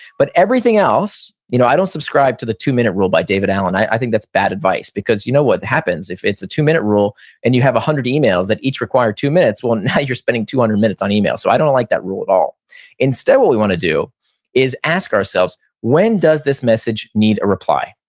but everything else, you know i don't subscribe to the two minute rule by david allen, i think that's bad advice. because you know what happens if it's a two minute rule and you have one hundred emails that each require two minutes, well now you're spending two hundred minutes on email. so i don't like that rule at all instead, what we want to do is ask ourselves, when does this message need a reply?